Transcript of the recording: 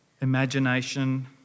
imagination